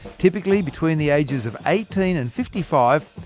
typically, between the ages of eighteen and fifty five,